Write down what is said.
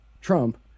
Trump